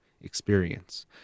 experience